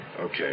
Okay